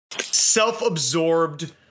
self-absorbed